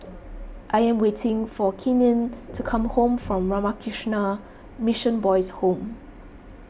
I am waiting for Keenen to come home from Ramakrishna Mission Boys' Home